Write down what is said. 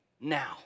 now